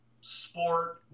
sport